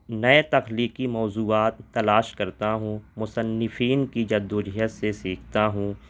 نئے تخلیقی موضوعات تلاش کرتا ہوں مصنفین کی جدوجہد سے سیکھتا ہوں